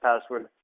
password